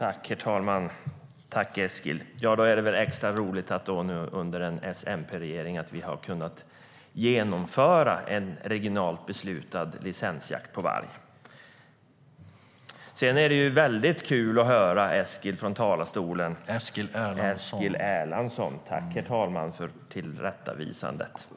Herr talman! Tack, Eskil! Då är det väl extra roligt att vi nu under en S och MP-regering har kunnat genomföra en regionalt beslutad licensjakt på varg. Eskil Erlandsson! Tack, herr talman, för tillrättavisandet!